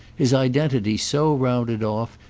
his identity so rounded off,